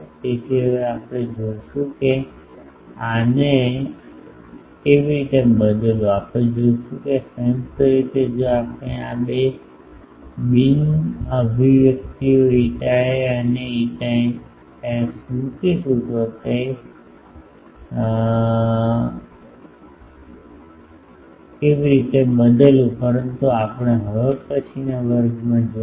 તેથી હવે આપણે જોઈશું કે આને કેવી રીતે બદલવું આપણે જોશું કે આ સંયુક્ત રીતે જો આપણે આ બે અભિવ્યક્તિઓ ηA અને ηS મૂકીશું તો કેવી રીતે બદલવું પરંતુ આપણે હવે પછીના વર્ગમાં જોશું